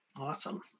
Awesome